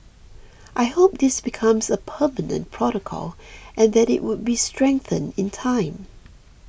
I hope this becomes a permanent protocol and that it would be strengthened in time